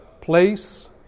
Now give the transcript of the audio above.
place